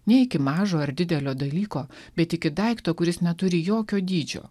ne iki mažo ir didelio dalyko bet iki daikto kuris neturi jokio dydžio